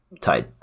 tied